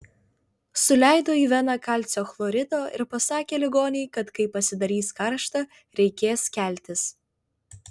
suleido į veną kalcio chlorido ir pasakė ligonei kad kai pasidarys karšta reikės keltis